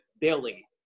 Billy